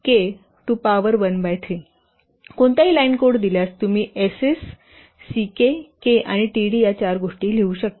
कोणत्याही line code दिल्यास तुम्ही S s C k K आणि t d या चार गोष्टी पाहू शकता